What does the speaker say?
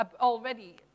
already